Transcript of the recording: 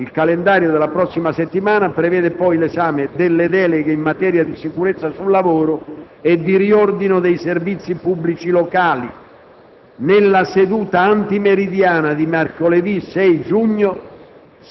Il calendario della prossima settimana prevede poi l'esame delle deleghe in materia di sicurezza sul lavoro e di riordino dei servizi pubblici locali. Nella seduta antimeridiana di mercoledì 6 giugno,